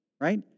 right